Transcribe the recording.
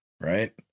Right